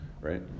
Right